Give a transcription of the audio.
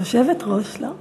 יושבת-ראש, לא?